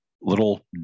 little